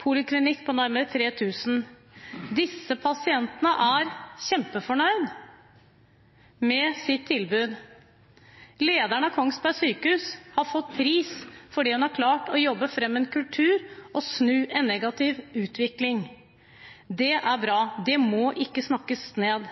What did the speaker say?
poliklinikk til nærmere 3 000 pasienter. Disse pasientene er kjempefornøyde med sitt tilbud. Lederen av Kongsberg sykehus har fått pris fordi hun har klart å jobbe fram en kultur – og snu en negativ utvikling. Det er bra. Det må ikke snakkes ned.